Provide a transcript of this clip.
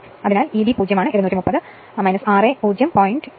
അതിനാൽ Eb 0 ആണ് 230 ra 0